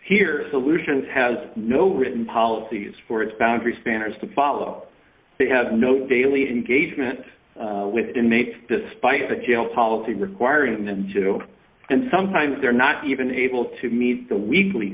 here solutions has no written policies for its boundary standards to follow they have no daily engagement with inmates despite the jail policy requiring them to and sometimes they're not even able to meet the weekly